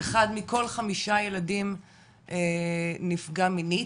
אחד מכל חמישה ילדים נפגע מינית,